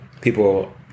people